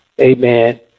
amen